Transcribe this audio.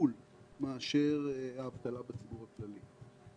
כפול מהאבטלה בציבור הכללי.